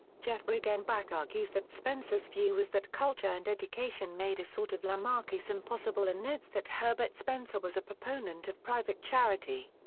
jeff riggenbach argues that spencer's view was that culture and education made a sort of lamarckism possible and notes notes that herbert spencer was a proponent of private charity.